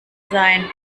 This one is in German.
sein